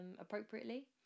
appropriately